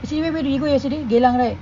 see where where do we go yesterday geylang right